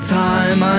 time